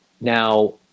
Now